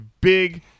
Big